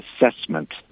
assessment